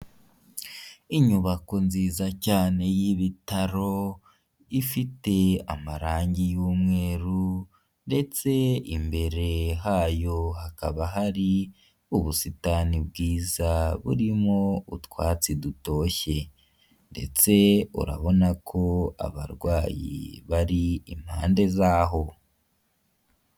Inyubako nziza cyane y'ibitaro ifite amarangi y'umweru ndetse imbere hayo hakaba hari ubusitani bwiza burimo utwatsi dutoshye, ndetse urabona ko abarwayi bari impande z'aho.